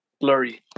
blurry